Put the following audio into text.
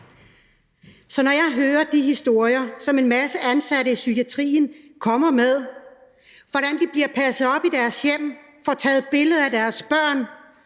Så når jeg hører de historier, som en masse ansatte i psykiatrien kommer med, om, hvordan de bliver passet op i deres hjem, får taget billeder af deres børn,